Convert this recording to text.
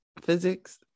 physics